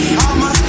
I'ma